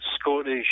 Scottish